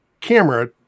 camera